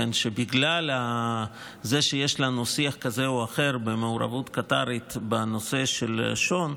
שבגלל שיש לנו שיח כזה או אחר במעורבות קטרית בנושא של שו"ן,